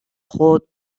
خود